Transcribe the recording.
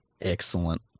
Excellent